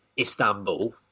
Istanbul